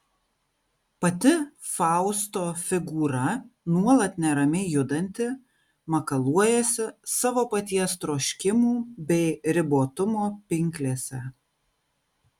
pati fausto figūra nuolat neramiai judanti makaluojasi savo paties troškimų bei ribotumo pinklėse